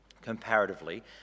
comparatively